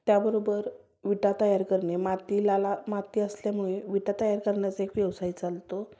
त्याबरोबर विटा तयार करणे मातीला ला माती असल्यामुळे विटा तयार करण्याचा एक व्यवसाय चालतो